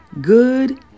good